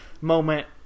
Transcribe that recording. moment